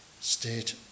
State